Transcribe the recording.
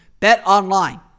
BetOnline